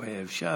אם היה אפשר.